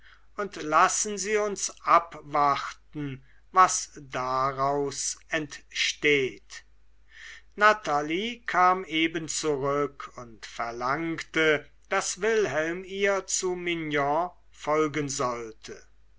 und lassen sie uns abwarten was daraus entsteht natalie kam eben zurück und verlangte daß wilhelm ihr zu mignon folgen sollte